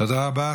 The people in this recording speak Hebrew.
תודה רבה.